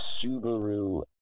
Subaru